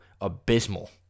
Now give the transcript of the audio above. abysmal